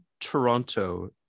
Toronto